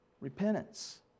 Repentance